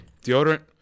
deodorant